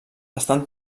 estan